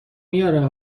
میاره